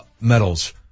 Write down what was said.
medals